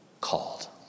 called